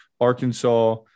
arkansas